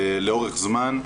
לאורך זמן,